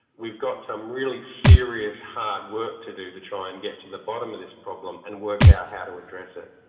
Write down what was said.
we've got some really serious hard work to do to try and get to the bottom of this problem and work out how to address it.